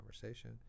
conversation